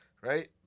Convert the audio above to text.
right